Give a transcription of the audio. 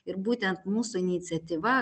ir būtent mūsų iniciatyva